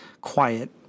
quiet